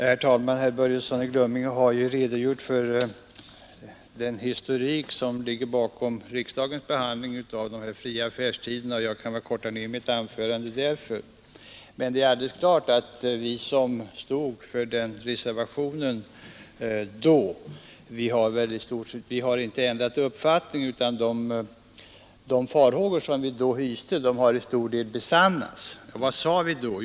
Herr talman! Herr Börjesson i Glömminge har här lämnat en historik rörande riksdagens behandling av lagen om de fria affärstiderna, och därför kan jag nu korta ner mitt anförande. Vi som förra gången stod för reservationen har inte ändrat uppfattning i dag. De farhågor som vi då hyste har i stort sett besannats. Och vad sade vi den gången?